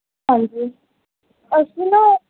ਹਾਂਜੀ ਅਸੀਂ ਨਾ